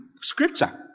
Scripture